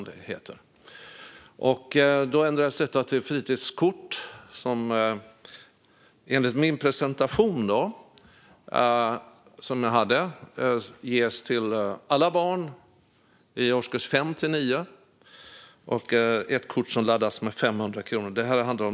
Det ändrades därför till ett fritidskort som, enligt den presentation jag gjorde tidigare, ges till alla barn i årskurs 5-9 och som laddas med 500 kronor.